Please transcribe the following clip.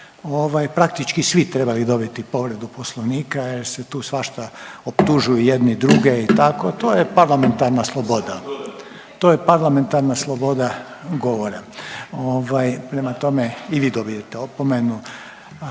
praktički svi trebali dobiti povredu Poslovnika jer se tu svašta optužuje jedni druge i tako, to je parlamentarna sloboda. To je parlamentarna sloboda govora ovaj prema tome i vi dobijate opomenu,